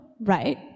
right